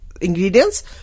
ingredients